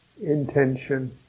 intention